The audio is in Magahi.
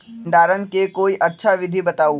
भंडारण के कोई अच्छा विधि बताउ?